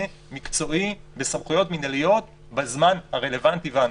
מקצועי וסמכויות מינהליות בזמן הרלוונטי והנכון.